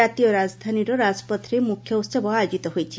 କାତୀୟ ରାଜଧାନୀର ରାଜପଥରେ ମୁଖ୍ୟ ଉହବ ଆୟୋଜିତ ହୋଇଛି